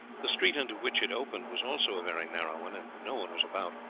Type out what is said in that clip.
the street into which it opened was also a very narrow one, and no one was about.